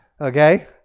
okay